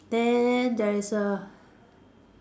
then there is a